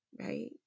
right